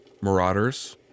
marauders